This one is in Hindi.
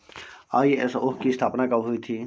आई.एस.ओ की स्थापना कब हुई थी?